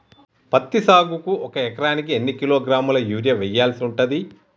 పత్తి సాగుకు ఒక ఎకరానికి ఎన్ని కిలోగ్రాముల యూరియా వెయ్యాల్సి ఉంటది?